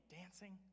dancing